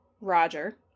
Roger